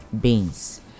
beans